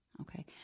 Okay